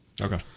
Okay